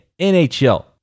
NHL